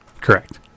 correct